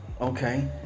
Okay